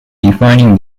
defining